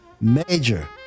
major